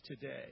today